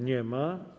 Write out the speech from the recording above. Nie ma.